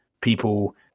people